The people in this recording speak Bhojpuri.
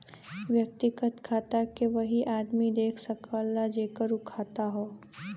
व्यक्तिगत खाता के वही आदमी देख सकला जेकर उ खाता हौ